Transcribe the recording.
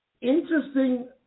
Interesting